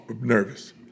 nervous